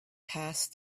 passed